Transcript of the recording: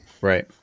Right